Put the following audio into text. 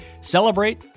Celebrate